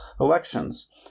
elections